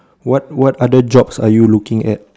what what other jobs are you looking at